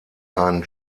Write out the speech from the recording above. ein